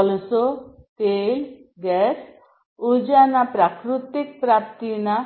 કોલસો તેલ ગેસ ઉર્જાના પ્રાકૃતિક પ્રાપ્તિના